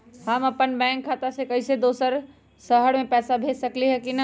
हम अपन बैंक खाता से कोई दोसर शहर में पैसा भेज सकली ह की न?